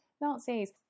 Nazis